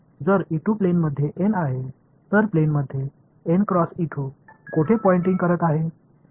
तर जर प्लेनमध्ये एन आहे तर प्लेनमध्ये कोठे पॉइंटिंग करत आहे